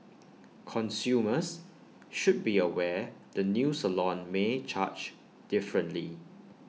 consumers should be aware the new salon may charge differently